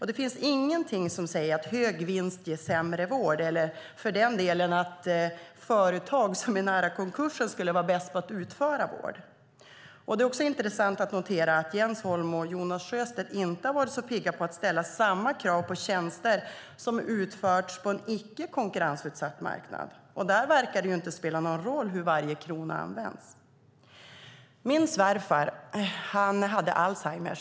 Det finns inget som säger att hög vinst ger sämre vård eller att företag som är nära konkurs skulle vara bäst på att utföra vård. Det är också intressant att notera att Jens Holm och Jonas Sjöstedt inte har varit så pigga på att ställa samma krav på tjänster som utförts på en icke konkurrensutsatt marknad. Där verkar det inte spela någon roll hur varje krona används. Min svärfar hade alzheimer.